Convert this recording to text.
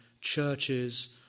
churches